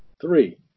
Three